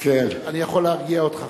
יכול להרגיע אותך,